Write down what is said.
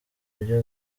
buryo